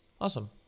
awesome